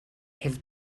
has